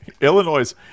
Illinois